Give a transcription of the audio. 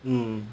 mm